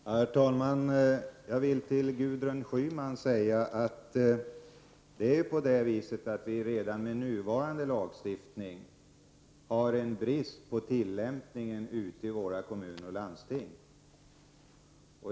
Herr talman! Jag vill till Gudrun Schyman säga att vi redan med nuvarande lagstiftning har en brist på tillämpning ute i våra kommuner och landsting.